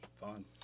fun